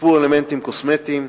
שיפור אלמנטים קוסמטיים,